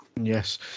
Yes